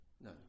No